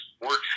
works